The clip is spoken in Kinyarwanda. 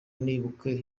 nibuka